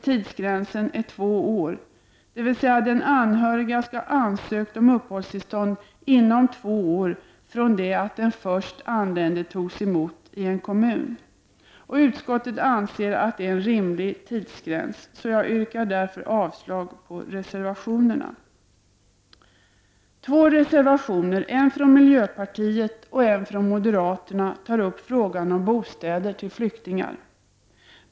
Tidsgränsen är två år, dvs. den anhöriga skall ha ansökt om uppehållstillstånd inom två år från det att den först anlände togs emot i en kommun. Utskottet anser att det är en rimlig tidsgräns. Jag yrkar därför avslag på reservationerna. Två reservationer, en från miljöpartiet och en från moderaterna, tar upp frågan om bostäder till flyktingar.